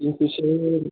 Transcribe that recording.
kingfisher